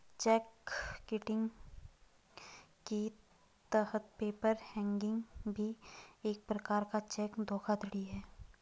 check kiting की तरह paper hanging भी एक प्रकार का चेक धोखाधड़ी है